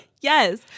Yes